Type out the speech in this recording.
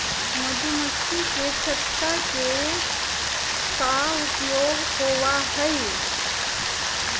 मधुमक्खी के छत्ता के का उपयोग होबा हई?